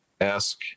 ask